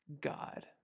God